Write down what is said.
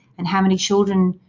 and, how many children,